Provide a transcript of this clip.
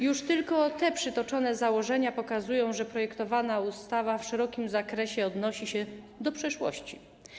Już tylko te przytoczone założenia pokazują, że projektowana ustawa w szerokim zakresie odnosi się do przeszłości.